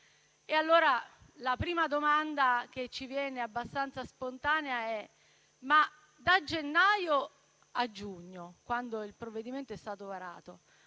La prima domanda che ci viene abbastanza spontanea è quindi la seguente: da gennaio a giugno, quando il provvedimento è stato varato,